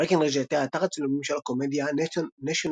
ברקנרידג' הייתה אתר הצילומים של הקומדיה "National